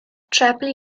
treblu